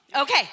Okay